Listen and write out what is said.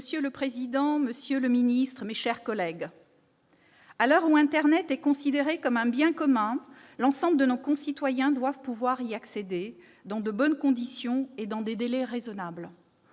Monsieur le président, monsieur le secrétaire d'État, mes chers collègues, à l'heure où internet est considéré comme un bien commun, l'ensemble de nos concitoyens doit pouvoir y accéder dans de bonnes conditions et dans des délais raisonnables.